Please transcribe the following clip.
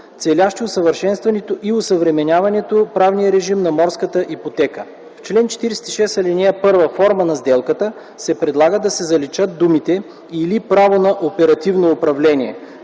целящи усъвършенстването и осъвременяването правния режим на морската ипотека. В чл. 46, ал. 1 „Форма на сделката” се предлага да се заличат думите: „или право на оперативно управление”.